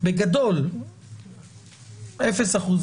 שבגדול 0%